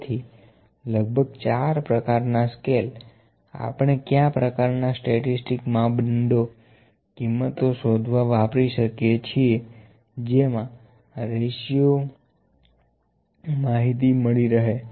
તેથી લગભગ 4 પ્રકારના સ્કેલ આપણે ક્યાં પ્રકારના સ્ટેતિસ્તિક માપદંડો કિંમતો શોધવા વાપરી શકીએ છીએ જેમાં રેશિયો દેતની માહિતી મળી રહે